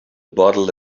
bottle